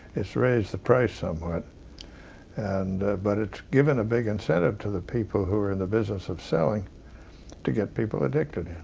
it's raised the price somewhat and but it's given a big incentive to the people who are in the business of selling to get people addicted.